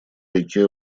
реке